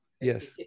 yes